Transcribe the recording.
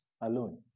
alone